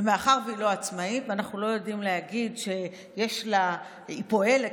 ומאחר שהיא לא עצמאית ואנחנו לא יודעים להגיד שהיא פועלת